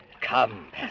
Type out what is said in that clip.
come